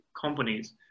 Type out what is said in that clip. companies